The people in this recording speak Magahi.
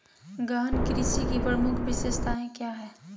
गहन कृषि की प्रमुख विशेषताएं क्या है?